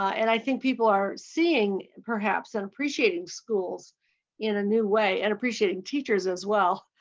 and i think people are seeing perhaps and appreciating schools in a new way and appreciating teachers as well,